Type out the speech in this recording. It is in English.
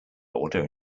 order